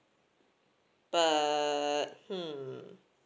but hmm